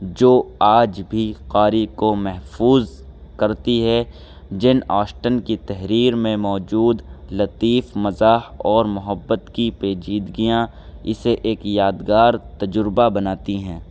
جو آج بھی قاری کو محفوظ کرتی ہے جن آسٹن کی تحریر میں موجود لطیف مزاح اور محبت کی پیجیدگیاں اسے ایک یادگار تجربہ بناتی ہیں